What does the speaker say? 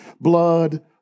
blood